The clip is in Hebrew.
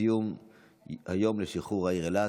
ציון היום לשחרור העיר אילת.